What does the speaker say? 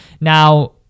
Now